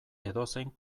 edozein